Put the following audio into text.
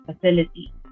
facility